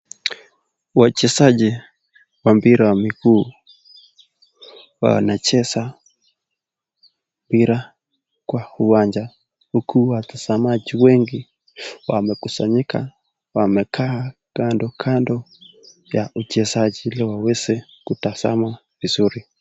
Wachezaji wa mpira wa miguu, wanacheza mpira kwa uwanja uku watazamaji wengi wamekusanyika, wamekaa kando kando ya uchezaji ili waweze kutazama vizuri.